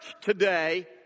today